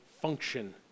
function